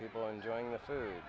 people enjoying the food